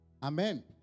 Amen